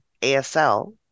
ASL